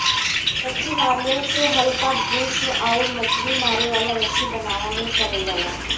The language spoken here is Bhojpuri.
कच्चे नारियल से हल्का ब्रूस आउर मछरी मारे वाला रस्सी बनावे में करल जाला